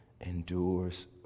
endures